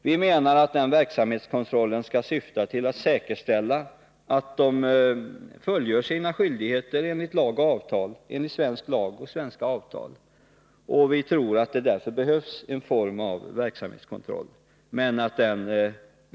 Vi menar att verksamhetskontrollen skall syfta till att säkerställa att den utländska företagsledningen fullgör sina skyldigheter enligt svensk lag och svenska avtal, och vi tror att någon form av verksamhetskontroll behövs.